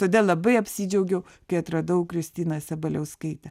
todėl labai apsidžiaugiau kai atradau kristiną sabaliauskaitę